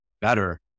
better